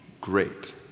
great